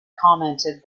commented